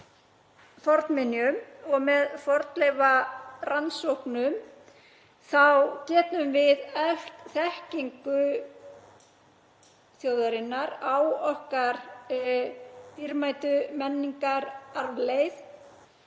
getum við eflt þekkingu þjóðarinnar á okkar dýrmætu menningararfleifð.